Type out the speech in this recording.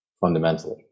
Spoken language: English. fundamentally